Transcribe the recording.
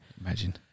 Imagine